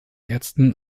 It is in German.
ärzten